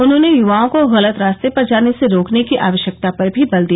उन्होंने युवाओं को गलत रास्ते पर जाने से रोकने की आवश्यकता पर भी बल दिया